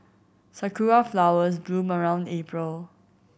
sakura flowers bloom around April